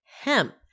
hemp